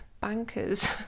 bankers